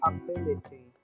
Ability